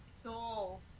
stole